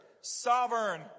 Sovereign